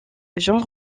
jean